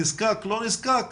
נזקק או לא נזקק,